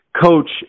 Coach